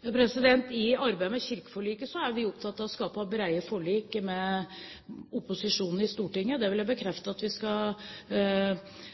I arbeidet med kirkeforliket er vi opptatt av å skape brede forlik med opposisjonen i Stortinget. Det vil jeg